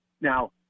Now